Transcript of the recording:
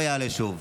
לא יעלה שוב.